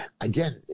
again